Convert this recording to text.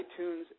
iTunes